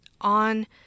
on